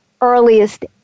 earliest